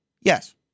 yes